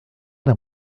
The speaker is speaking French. d’un